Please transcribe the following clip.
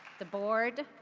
the board,